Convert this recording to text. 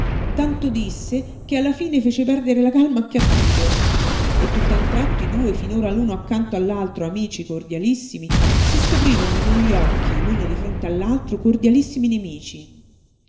tanto disse che alla fine fece perdere la calma anche a tito e tutt'a un tratto i due finora l'uno accanto all'altro amici cordialissimi si scoprirono negli occhi l'uno di fronte all'altro cordialissimi nemici